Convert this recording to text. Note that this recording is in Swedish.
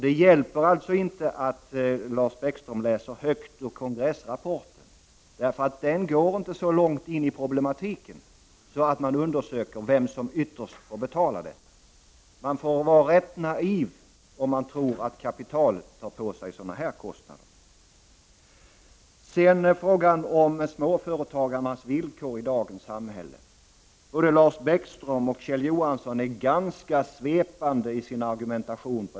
Det hjälper alltså inte att Lars Bäckström läser högt ur kongressrapporten, därför att man där inte går så långt in i problematiken att man undersöker vem som ytterst får betala. Man är rätt naiv om man tror att kapitalet tar på sig sådana här kostnader. I fråga om småföretagarnas villkor i dagens samhälle är både Lars Bäckström och Kjell Johansson ganska svepande i sin argumentation.